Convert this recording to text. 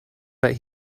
but